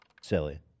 Silly